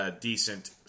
decent